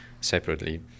separately